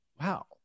wow